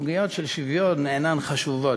סוגיות של שוויון אינן חשובות,